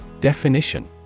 Definition